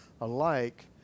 alike